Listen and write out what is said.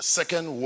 second